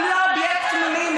אם לא אובייקט מיני.